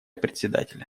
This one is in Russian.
председателя